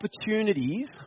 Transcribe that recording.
opportunities